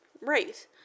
right